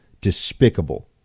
despicable